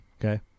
Okay